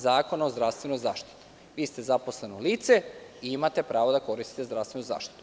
Zakona o zdravstvenoj zaštiti - vi ste zaposleno lice i imate pravo da koristite zdravstvenu zaštitu.